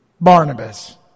Barnabas